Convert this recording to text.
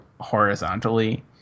horizontally